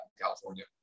California